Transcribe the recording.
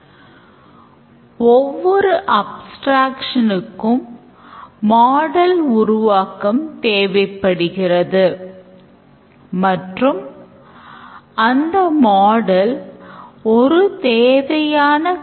use caseஐ எவ்வாறு ஆவணப்படுத்துவது என்று பார்ப்போம்